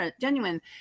genuine